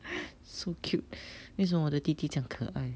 so cute 为什么我的弟弟这样可爱